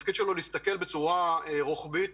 התפקיד שלו הוא להסתכל בצורה רוחבית